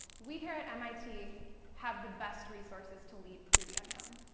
we here at mit have the best resources to lead through the unknown,